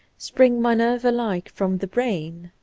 spring minervarlike from the brain.